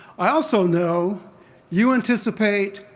i also know you anticipate,